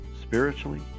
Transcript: spiritually